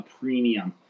premium